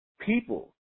people